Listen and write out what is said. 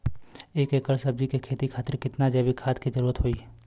एक एकड़ सब्जी के खेती खातिर कितना जैविक खाद के जरूरत होई?